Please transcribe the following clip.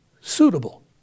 suitable